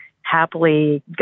happily